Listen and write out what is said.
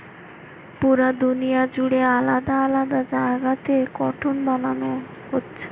পুরা দুনিয়া জুড়ে আলাদা আলাদা জাগাতে কটন বানানা হচ্ছে